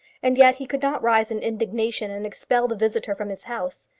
and yet he could not rise in indignation and expel the visitor from his house.